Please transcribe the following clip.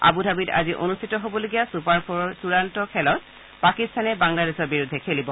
আবুধাবিত আজি অনুষ্ঠিত হ'বলগীয়া ছুপাৰ ফ'ৰ চূড়ান্ত খেলত পাকিস্তানে বাংলাদেশৰ বিৰুদ্ধে খেলিব